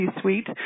Suite